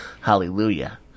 Hallelujah